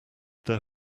their